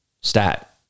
Stat